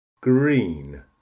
Green